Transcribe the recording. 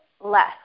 less